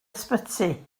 ysbyty